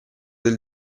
del